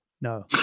no